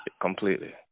completely